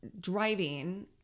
driving